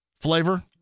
flavor